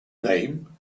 name